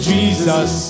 Jesus